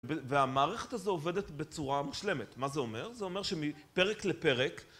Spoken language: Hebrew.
והמערכת הזו עובדת בצורה מושלמת, מה זה אומר? זה אומר שמפרק לפרק...